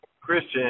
Christian